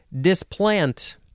displant